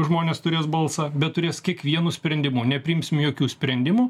žmonės turės balsą bet turės kiekvienu sprendimu nepriimsim jokių sprendimų